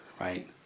right